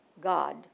God